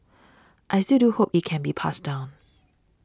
I still do hope it can be passed down